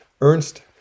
ernst